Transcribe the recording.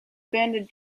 abandoned